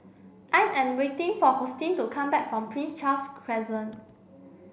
I am waiting for Hosteen to come back from Prince Charles Crescent